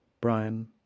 Brian